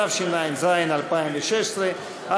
התשע"ז 2016,